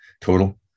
total